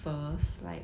first like